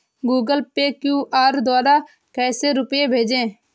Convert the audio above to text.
Google Pay Q R द्वारा कैसे रूपए भेजें?